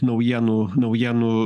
naujienų naujienų